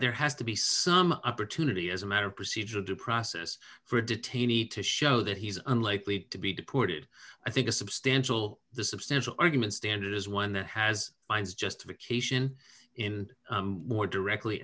there has to be some opportunity as a matter of procedural due process for detainees and to show that he's unlikely to be deported i think a substantial the substantial argument standard is one that has binds justification in more directly